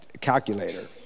calculator